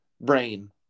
brain